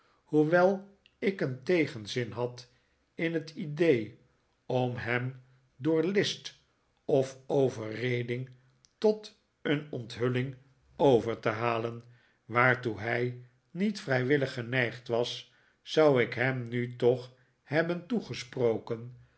hoewel ik een tegenzin had in het idee om hem door list of overreding tot een onthulling over te halen waartoe hij niet vrijwillig geneigd was zou ik hem nu toch hebben toegesproken